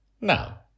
now